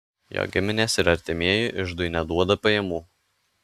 jo giminės ir artimieji iždui neduoda pajamų